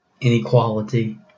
inequality